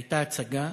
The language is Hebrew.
הייתה הצגה,